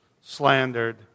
slandered